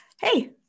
hey